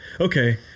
Okay